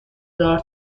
دار